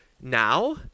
now